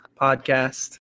podcast